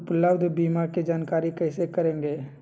उपलब्ध बीमा के जानकारी कैसे करेगे?